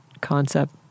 concept